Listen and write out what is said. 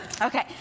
Okay